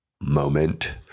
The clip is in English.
moment